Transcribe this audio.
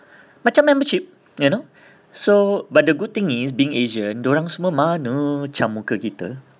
macam membership you know so but the good thing is being asian dorang semua mana macam muka kita